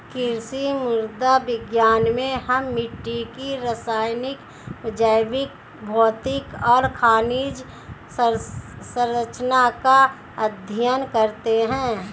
कृषि मृदा विज्ञान में हम मिट्टी की रासायनिक, जैविक, भौतिक और खनिज सरंचना का अध्ययन करते हैं